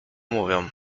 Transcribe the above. mówią